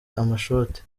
amashoti